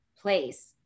place